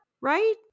right